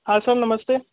हाँ सर नमस्ते